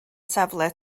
safle